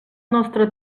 nostre